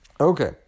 Okay